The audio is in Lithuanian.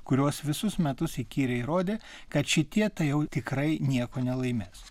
kurios visus metus įkyriai rodė kad šitie tai jau tikrai nieko nelaimės